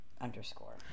underscore